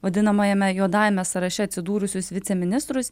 vadinamajame juodajame sąraše atsidūrusius viceministrus